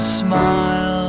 smile